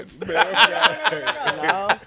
No